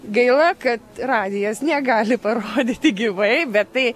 gaila kad radijas negali parodyti gyvai bet tai